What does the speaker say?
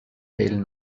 fehlen